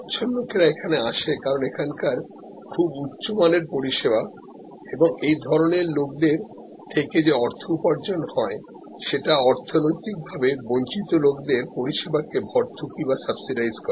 স্বচ্ছল লোকেরা এখানে আসে ণ এখানকার খুব উচ্চমানের পরিষেবার কারণে এবং এই ধরনের লোকদের থেকে যেঅর্থ উপার্জন হয় সেটা অর্থনৈতিকভাবে বঞ্চিত লোকদের পরিষেবাকে ভর্তুকি বা সাবসিডাইস করে